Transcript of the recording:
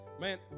man